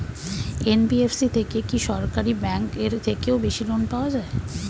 NBFC থেকে কি সরকারি ব্যাংক এর থেকেও বেশি লোন পাওয়া যায়?